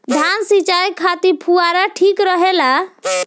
धान सिंचाई खातिर फुहारा ठीक रहे ला का?